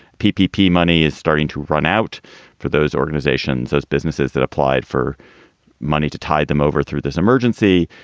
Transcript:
pdp money is starting to run out for those organizations, those businesses that applied for money to tide them over through this emergency.